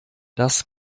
das